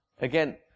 Again